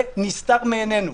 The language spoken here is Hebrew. זה נסתר מעיננו.